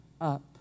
up